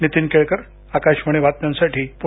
नीतीन केळकर आकाशवाणी बातम्यांसाठी पुणे